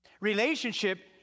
Relationship